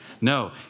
No